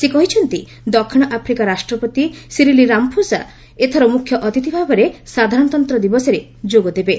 ସେ କହିଛନ୍ତି ଦକ୍ଷିଣ ଆଫ୍ରିକା ରାଷ୍ଟ୍ରପତି ସିରିଲି ରାମଫୋସା ଏଥର ମୁଖ୍ୟଅତିଥି ଭାବେ ସାଧାରଣତନ୍ତ୍ର ଦିବସରେ ଯୋଗଦେବେ